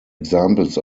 examples